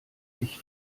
sich